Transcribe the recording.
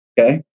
okay